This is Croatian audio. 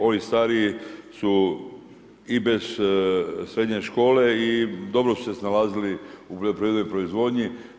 Oni stariji su i bez srednje škole i dobro su se snalazili u poljoprivrednoj proizvodnji.